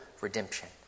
redemption